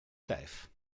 stijf